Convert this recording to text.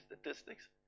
statistics